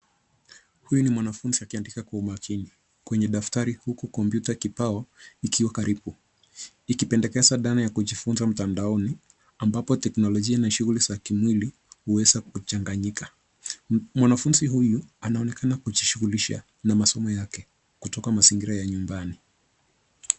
Huyu ni mwanafunzi akiandika kwa umakini kwenye daftari, huku kompyuta kibao ikiwa karibu. Ikipendekeza dhana ya kujifunza mtandaoni, ambapo teknolojia na shuguli za kimwili huweza kuchanganyika. Mwanafunzi huyu anaonekana kujishugulisha na masomo yake, kutoka mazingira ya nyumbani.